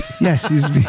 Yes